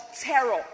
terror